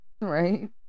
Right